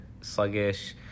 sluggish